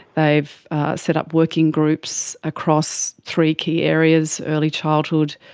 they've set up working groups across three key areas early childhood,